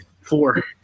Four